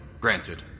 granted